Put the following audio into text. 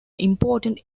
important